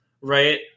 right